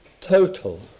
total